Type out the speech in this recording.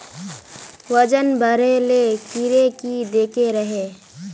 वजन बढे ले कीड़े की देके रहे?